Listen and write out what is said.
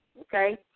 Okay